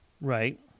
Right